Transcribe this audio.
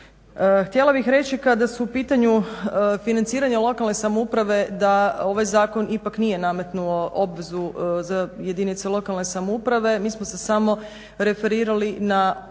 Htjela bih reći kada su u pitanju financiranje lokalne samouprave da ovaj zakon ipak nije namentuo obvezu jedinice lokalne samouprave, mi smo se samo referirali na